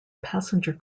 passenger